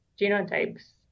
genotypes